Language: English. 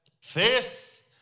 Faith